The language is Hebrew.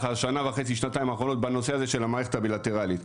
השנה וחצי - שנתיים האחרונות בנושא הזה של המערכת הבילטרלית.